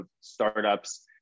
startups